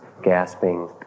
gasping